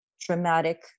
traumatic